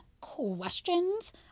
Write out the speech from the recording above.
questions